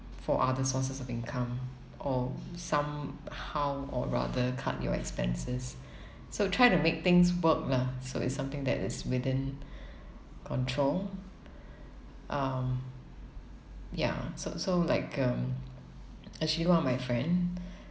for other sources of income or somehow or rather cut your expenses so try to make things work lah so it's something that is within control um ya so so like um actually one of my friend